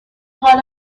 حال